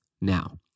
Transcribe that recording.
now